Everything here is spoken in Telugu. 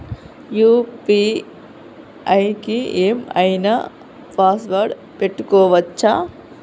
యూ.పీ.ఐ కి ఏం ఐనా పాస్వర్డ్ పెట్టుకోవచ్చా?